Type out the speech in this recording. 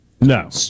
No